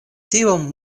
tiom